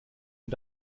und